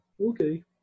okay